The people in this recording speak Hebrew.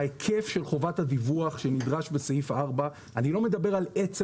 ההיקף של חובת הדיווח שנדרש בסעיף 4 - אני לא מדבר על עצם